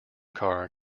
car